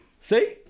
See